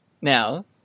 now